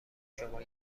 شما